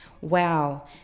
Wow